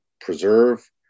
preserve